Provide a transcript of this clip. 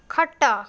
ଖଟ